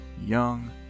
young